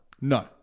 No